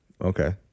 Okay